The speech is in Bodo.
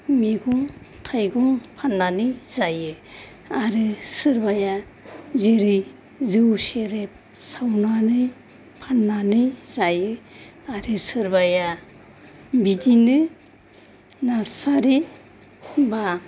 मैगं थाइगं फाननानै जायो आरो सोरबाया जेरै जौ सेरेब सावनानै फाननानै जायो आरो सोरबाया बिदिनो नार्सारि एबा